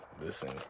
Listen